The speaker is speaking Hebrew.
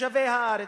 תושבי הארץ,